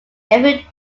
every